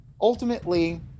ultimately